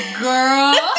girl